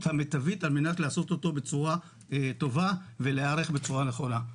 המיטבית על מנת לעשות אותו בצורה טובה ולהיערך בצורה נכונה.